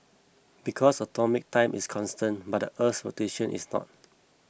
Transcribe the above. because atomic time is constant but the Earth's rotation is not